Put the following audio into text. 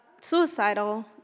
suicidal